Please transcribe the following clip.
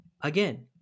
again